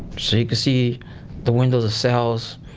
so you can see the windowless cells.